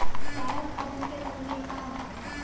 चारा उत्पादन के तकनीक का होखे?